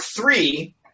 three